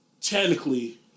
technically